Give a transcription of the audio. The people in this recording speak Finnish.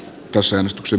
tasaomistuksen